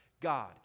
God